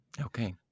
Okay